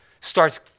starts